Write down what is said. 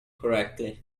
correctly